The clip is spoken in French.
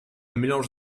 mélange